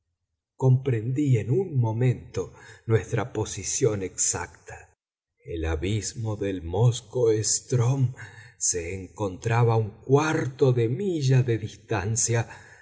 comprendí en un momento nuestra posición exacta el abismo del móskoe strm se encontraba a un cuarto de milla de distancia